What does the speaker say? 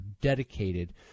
dedicated